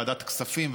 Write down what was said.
ועדת כספים,